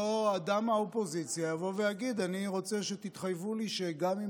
אותו אדם מהאופוזיציה יבוא ויגיד: אני רוצה שתתחייבו לי שגם אם